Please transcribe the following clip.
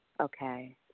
Okay